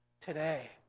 today